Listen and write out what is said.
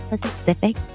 Pacific